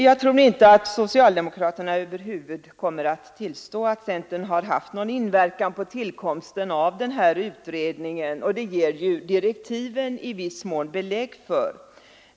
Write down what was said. Jag tror nu inte att socialdemokraterna över huvud taget kommer att tillstå att centern har haft någon inverkan på tillkomsten av denna utredning, och det ger direktiven belägg för.